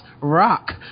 rock